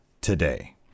today